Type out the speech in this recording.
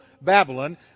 Babylon